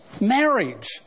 marriage